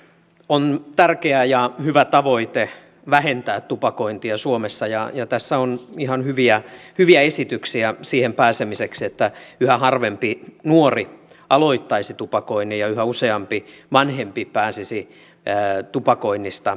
on tärkeä ja hyvä tavoite vähentää tupakointia suomessa ja tässä on ihan hyviä esityksiä siihen pääsemiseksi että yhä harvempi nuori aloittaisi tupakoinnin ja yhä useampi vanhempi pääsisi tupakoinnista eroon